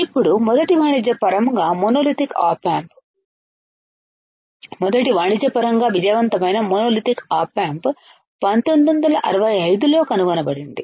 ఇప్పుడు మొదటి వాణిజ్యపరంగా మోనోలిథిక్ ఆప్ ఆంప్ మొదటి వాణిజ్యపరంగా విజయవంతమైన మోనోలిథిక్ ఆప్ ఆంప్ 1965 లో కనుగొనబడింది